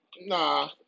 Nah